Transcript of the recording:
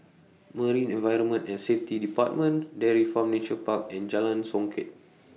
Marine Environment and Safety department Dairy Farm Nature Park and Jalan Songket